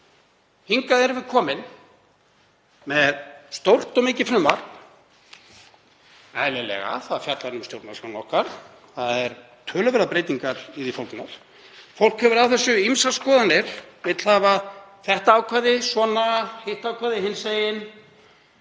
Hingað erum við komin með stórt og mikið frumvarp, eðlilega. Það fjallar um stjórnarskrána okkar. Það eru töluverðar breytingar í því fólgnar. Fólk hefur á þessu ýmsar skoðanir, vill hafa þetta ákvæði svona, hitt ákvæði hinsegin.